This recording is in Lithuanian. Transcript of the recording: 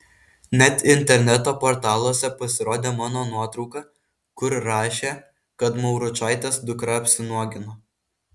net interneto portaluose pasirodė mano nuotrauka kur rašė kad mauručaitės dukra apsinuogino